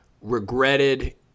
regretted